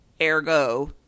ergo